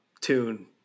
tune